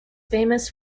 famous